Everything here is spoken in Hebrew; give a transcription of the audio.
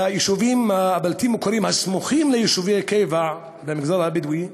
ביישובים הבלתי-מוכרים הסמוכים ליישובי הקבע במגזר הבדואי,